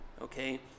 okay